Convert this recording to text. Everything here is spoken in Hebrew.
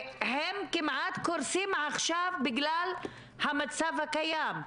והם כמעט קורסים עכשיו בגלל המצב הקיים.